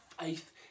faith